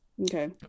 Okay